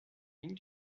lignes